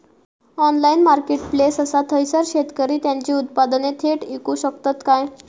Online marketplace असा थयसर शेतकरी त्यांची उत्पादने थेट इकू शकतत काय?